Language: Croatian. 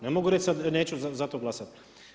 Ne mogu reći sad neću za to glasati.